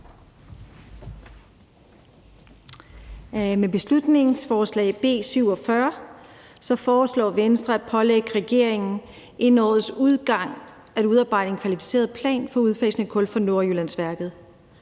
Med beslutningsforslaget B 47 foreslår Venstre at pålægge regeringen inden årets udgang at udarbejde en kvalificeret plan for udfasning af kul fra Nordjyllandsværket.